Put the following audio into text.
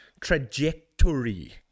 Trajectory